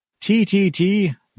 TTT